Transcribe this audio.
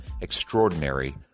extraordinary